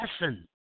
lesson